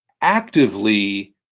actively